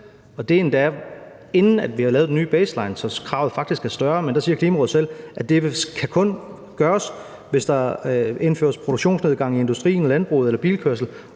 er endda, inden vi har lavet den nye baseline, så kravet faktisk er større – er, at det kun kan gøres, hvis der indføres en produktionsnedgang i industrien, i landbruget eller i bilkørslen,